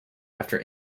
after